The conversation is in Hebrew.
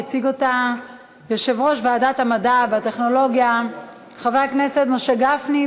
יציג אותה יושב-ראש ועדת המדע והטכנולוגיה חבר הכנסת משה גפני.